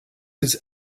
his